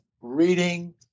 reading